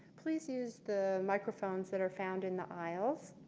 please use the microphones that are found in the aisle.